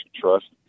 trust